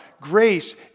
grace